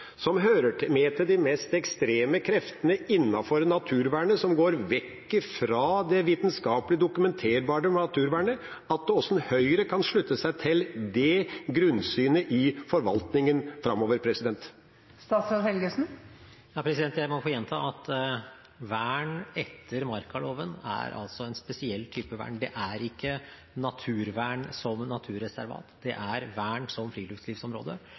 som hører under de mest ekstreme kreftene innenfor naturvernet, som går vekk fra det vitenskapelig dokumenterbare naturvernet, hvordan Høyre kan slutte seg til det grunnsynet i forvaltningen framover. Jeg må få gjenta at vern etter markaloven altså er en spesiell type vern. Det er ikke naturvern som naturreservat; det er vern som friluftslivsområde.